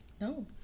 No